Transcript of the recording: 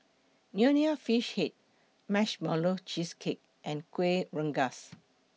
Nonya Fish Head Marshmallow Cheesecake and Kuih Rengas